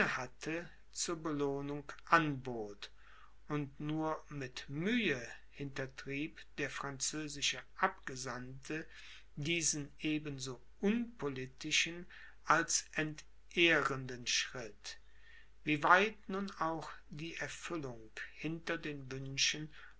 hatte zur belohnung anbot und nur mit mühe hintertrieb der französische abgesandte diesen eben so unpolitischen als entehrenden schritt wieweit nun auch die erfüllung hinter den wünschen